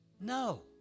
No